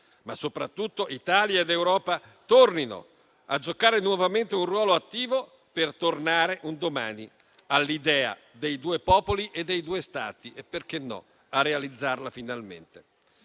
Ma, soprattutto, Italia ed Europa tornino a giocare nuovamente un ruolo attivo per tornare un domani all'idea dei due popoli e due Stati e - perché no? - a realizzarla finalmente.